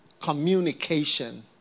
communication